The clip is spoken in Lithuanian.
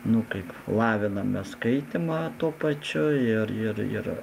nu kaip laviname skaitymą tuo pačiu ir ir ir